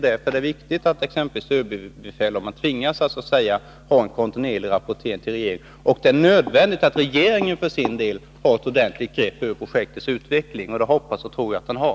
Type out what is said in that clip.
Därför är det viktigt att t.ex. överbefälhavaren tvingas att göra en kontinuerlig rapportering till regeringen. Det är också nödvändigt att regeringen för sin del har ett ordentligt grepp över projektets utveckling, och det hoppas och tror jag att den har.